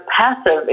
passive